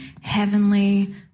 heavenly